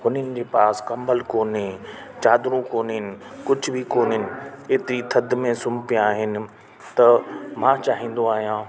हुननि जे पास कंबल कोन्हे चादरूं कोन आहिनि कुझु बि कोन आहिनि एतिरी थधि में सूम पया आहिनि त मां चाहींदो आहियां